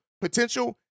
potential